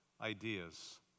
ideas